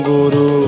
Guru